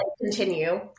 Continue